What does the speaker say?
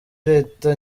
leta